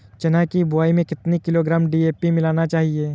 चना की बुवाई में कितनी किलोग्राम डी.ए.पी मिलाना चाहिए?